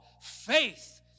faith